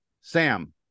Sam